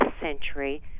century